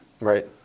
Right